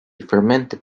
fermented